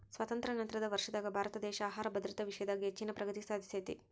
ಸ್ವಾತಂತ್ರ್ಯ ನಂತರದ ವರ್ಷದಾಗ ಭಾರತದೇಶ ಆಹಾರ ಭದ್ರತಾ ವಿಷಯದಾಗ ಹೆಚ್ಚಿನ ಪ್ರಗತಿ ಸಾಧಿಸೇತಿ